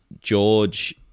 George